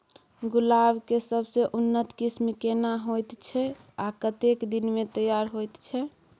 गुलाब के सबसे उन्नत किस्म केना होयत छै आ कतेक दिन में तैयार होयत छै?